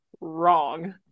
wrong